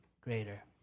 greater